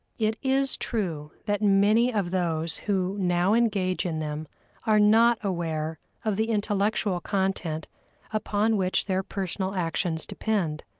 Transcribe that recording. it is true that many of those who now engage in them are not aware of the intellectual content upon which their personal actions depend.